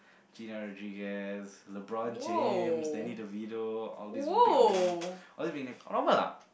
Gina-Rodriguez LeBron-James Danny-Devito all these big names all these big names normal ah